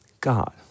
God